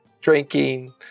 drinking